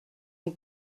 une